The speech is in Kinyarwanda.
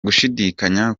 gushidikanya